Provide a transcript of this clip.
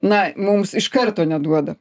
na mums iš karto neduoda